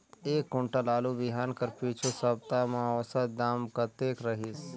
एक कुंटल आलू बिहान कर पिछू सप्ता म औसत दाम कतेक रहिस?